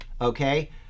Okay